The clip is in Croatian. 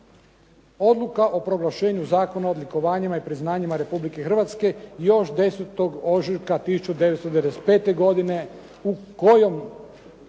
Odluka o proglašenju Zakona o odlikovanjima i priznanjima Republike Hrvatske još 10. ožujka 1995. godine u kojoj